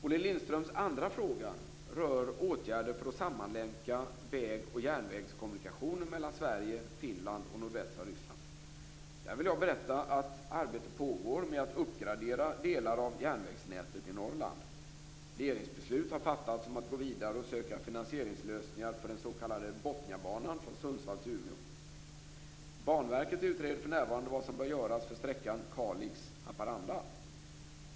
Olle Lindströms andra fråga rör åtgärder för att sammanlänka väg och järnvägskommunikationer mellan Sverige, Finland och nordvästra Ryssland. Där vill jag upplysa om att arbete pågår med att uppgradera delar av järnvägsnätet i Norrland. Regeringsbeslut har fattats om att gå vidare och söka finansieringslösningar för den s.k. Botniabanan från Sundsvall till Umeå. Banverket utreder för närvarande vad som bör göras för sträckan Kalix-Haparanda.